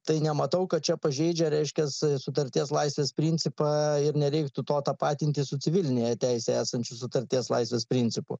tai nematau kad čia pažeidžia reiškias sutarties laisvės principą ir nereiktų to tapatinti su civilinėje teisėje esančių sutarties laisvės principu